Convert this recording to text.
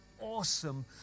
awesome